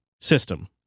system